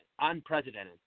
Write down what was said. unprecedented